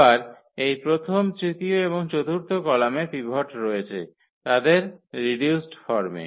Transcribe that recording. আবার এই প্রথম তৃতীয় এবং চতুর্থ কলামের পিভট রয়েছে তাদের রিডিউসড ফর্মে